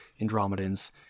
Andromedans